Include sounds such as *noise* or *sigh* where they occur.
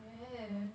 *noise*